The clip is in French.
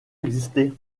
existé